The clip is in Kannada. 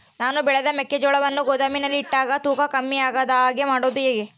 ನಾನು ಬೆಳೆದ ಮೆಕ್ಕಿಜೋಳವನ್ನು ಗೋದಾಮಿನಲ್ಲಿ ಇಟ್ಟಾಗ ತೂಕ ಕಮ್ಮಿ ಆಗದ ಹಾಗೆ ಮಾಡೋದು ಹೇಗೆ?